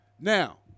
Now